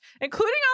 including